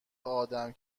آدم